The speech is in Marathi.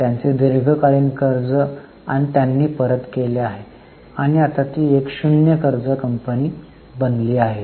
त्यांचे दीर्घकालीन कर्ज त्यांनी परत केले आहे आणि आता ती एक शून्य कर्ज कंपनी बनली आहे